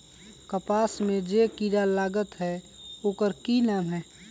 कपास में जे किरा लागत है ओकर कि नाम है?